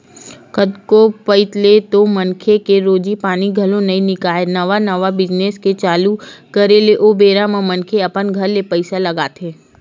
कतको पइत तो मनखे के रोजी पानी घलो नइ निकलय नवा नवा बिजनेस के चालू करे ले ओ बेरा म मनखे अपन घर ले पइसा लगाथे